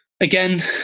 again